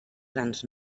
grans